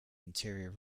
interior